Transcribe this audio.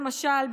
למשל,